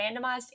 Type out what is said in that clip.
randomized